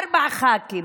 ארבעה ח"כים,